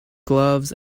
gloves